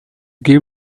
give